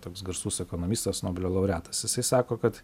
toks garsus ekonomistas nobelio laureatas jisai sako kad